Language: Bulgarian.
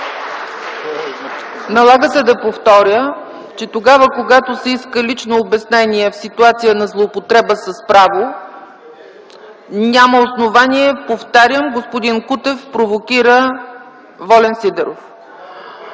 Налага се да повторя, че когато се иска думата за лично обяснение в ситуация на злоупотреба с право, няма основание. Повтарям, господин Кутев провокира Волен Сидеров.